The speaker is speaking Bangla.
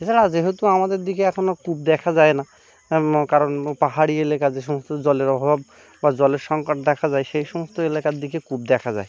এছাড়া যেহেতু আমাদের দিকে এখনো কূপ দেখা যায় না কারণ পাহাড়ি এলাকা যে সমস্ত জলের অভাব বা জলের সঙ্কট দেখা যায় সেই সমস্ত এলাকার দিকে কূপ দেখা যায়